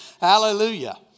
Hallelujah